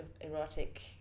erotic